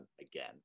again